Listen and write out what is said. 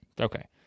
Okay